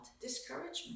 Discouragement